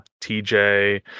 tj